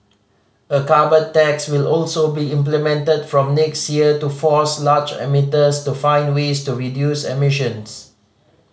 a carbon tax will also be implemented from next year to force large emitters to find ways to reduce emissions